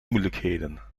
moeilijkheden